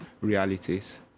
realities